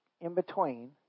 in-between